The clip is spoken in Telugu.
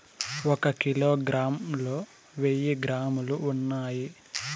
ఒక కిలోగ్రామ్ లో వెయ్యి గ్రాములు ఉన్నాయి